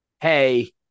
Hey